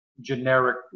generic